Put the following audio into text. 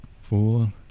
four